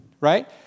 right